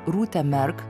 rūte merk